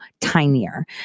tinier